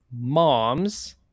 Moms